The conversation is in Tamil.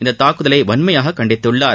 இந்தத் தாக்குதலை வன்மையாக கண்டித்துள்ளார்